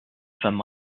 femme